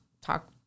talk